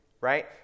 right